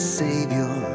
savior